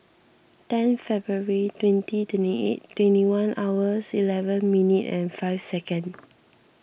ten February twenty twenty eight twenty one hours eleven minute and five second